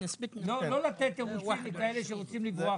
לא לתת תירוצים לכאלה שרוצים לברוח